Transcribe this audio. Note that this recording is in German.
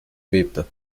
bebte